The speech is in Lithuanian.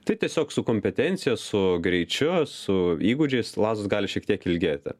tai tiesiog su kompetencija su greičiu su įgūdžiais lazdos gali šiek tiek ilgėti